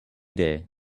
day